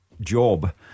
job